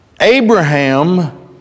Abraham